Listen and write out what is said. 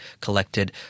collected